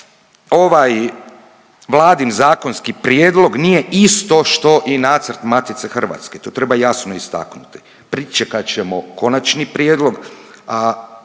ovaj vladin zakonski prijedlog nije isto što i nacrt Matice Hrvatske to treba jasno istaknuti. Pričekat ćemo konačni prijedlog,